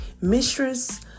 mistress